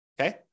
okay